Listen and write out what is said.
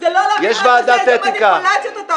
זה לא --- מניפולציות אתה עושה.